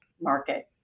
market